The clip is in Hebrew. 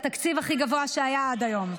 התקציב הכי גבוה שהיה עד היום,